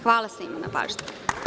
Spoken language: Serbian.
Hvala svima na pažnji.